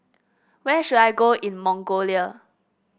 where should I go in Mongolia